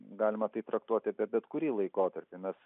galima tai traktuoti bet kurį laikotarpį mes